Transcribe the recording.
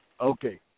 Okay